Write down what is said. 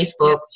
Facebook